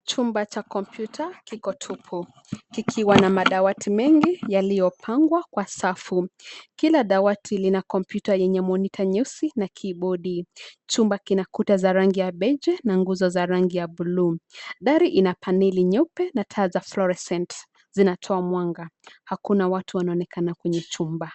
Chumba cha kompyuta kiko tupu, kikiwa na madawati mengi yaliyopangwa kwa safu. Kila dawati lina kompyuta yenye monita nyeusi na kibodi. Chumba kina kuta za rangi ya beigi na nguzo za rangi ya buluu. Dari ina paneli nyeupe na taa za fluorescent , zinatoa mwanga. Hakuna watu wanaonekana kwenye chumba.